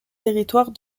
territoires